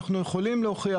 ברגע